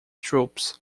troops